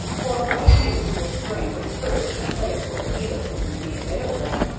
for of what use were strength and courage in a place where neither could be made available?